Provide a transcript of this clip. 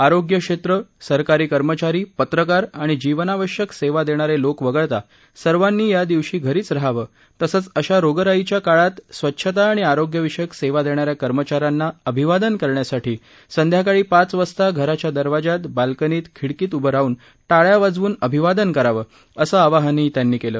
आरोग्यक्षेत्र सरकारी कर्मचारी पत्रकार आणि जीवनावश्यक सेवा देणारे लोक वगळता सर्वांनी या दिवशी घरीच रहावं तसंच अशा रोगराईच्या काळात स्वच्छता आणि आरोग्यविषयक सेवा देणा या कर्मचा यांना अभिवादन करण्यासाठी संध्याकाळी पाच वाजता घराच्या दरवाज्यात बाल्कनीत खिडकीत उभं राहून टाळ्या वाजवून अभिवादन करावं असं आवाहनही त्यांनी केलं